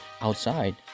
outside